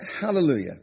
Hallelujah